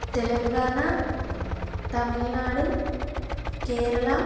Telangana Tamil Nadu Kerala